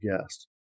guest